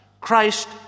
Christ